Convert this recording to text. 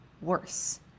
worse